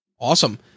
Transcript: Awesome